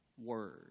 word